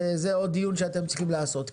זה עוד דיון שאתם צריכים לעשות.